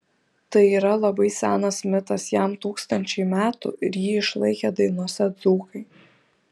tai yra labai senas mitas jam tūkstančiai metų ir jį išlaikė dainose dzūkai